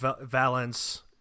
Valence